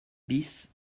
bis